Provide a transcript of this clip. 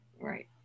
Right